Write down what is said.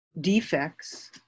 defects